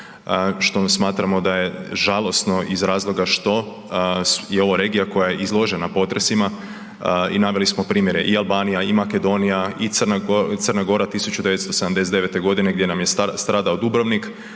što smatramo da je žalosno iz razloga što je ovo regija koja je izložena potresima i naveli smo primjere i Albanija i Makedonija i Crna Gora 1979. godine gdje nam stradao Dubrovnik,